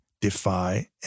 defy